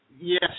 Yes